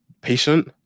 patient